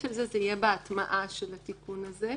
של זה יהיה בהטמעה של התיקון הזה.